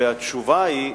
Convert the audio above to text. והתשובה היא: